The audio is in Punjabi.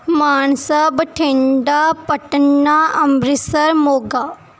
ਮਾਨਸਾ ਬਠਿੰਡਾ ਪਟਨਾ ਅੰਮ੍ਰਿਤਸਰ ਮੋਗਾ